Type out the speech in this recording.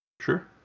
Sure